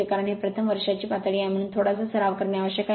कारण हे प्रथम वर्षाची पातळी आहे म्हणून थोडासा सराव करणे आवश्यक आहे